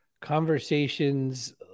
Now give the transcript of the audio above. conversations